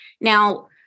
Now